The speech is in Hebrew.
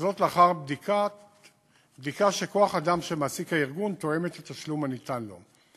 וזאת לאחר בדיקה שכוח-האדם שמעסיק הארגון תואם את התשלום הניתן לו.